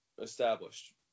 Established